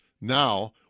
now